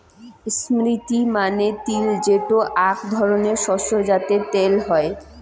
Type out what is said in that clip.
sesame মানে তিল যেটো আক ধরণের শস্য যাতে ত্যাল হই